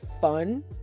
fun